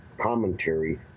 commentary